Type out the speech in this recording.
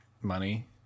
money